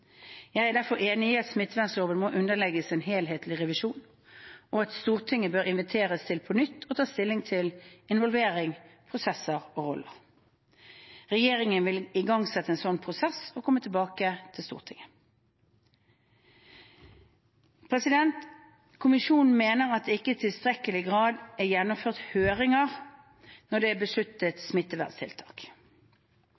Jeg er derfor enig i at smittevernloven må underlegges en helhetlig revisjon, og at Stortinget bør inviteres til på nytt å ta stilling til involvering, prosesser og roller. Regjeringen vil igangsette en slik prosess og komme tilbake til Stortinget. Kommisjonen mener at det ikke i tilstrekkelig grad er gjennomført høringer når det er besluttet